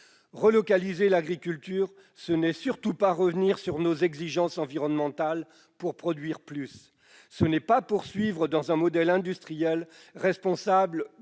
Relocaliser l'agriculture, ce n'est surtout pas revenir sur nos exigences environnementales pour produire plus. Ce n'est pas poursuivre dans la voie d'un modèle agroindustriel responsable